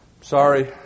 sorry